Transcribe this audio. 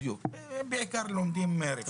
בעיקר לומדים רפואה,